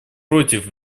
против